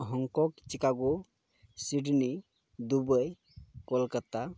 Hong Kong Chicago Sydney Dubai Kolkata